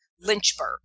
Lynchburg